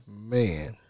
Man